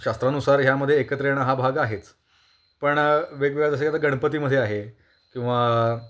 शास्त्रानुसार ह्यामध्ये एकत्र येणं हा भाग आहेच पण वेगवेगळ्या जसे आता गणपतीमध्ये आहे किंवा